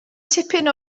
tipyn